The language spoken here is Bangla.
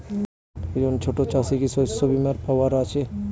একজন ছোট চাষি কি শস্যবিমার পাওয়ার আছে?